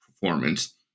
performance